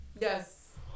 Yes